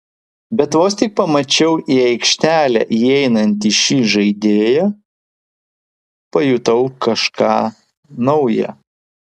bet vos tik pamačiau į aikštelę įeinantį šį žaidėją pajutau kažką nauja